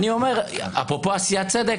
אני אומר אפרופו עשיית צדק,